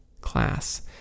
Class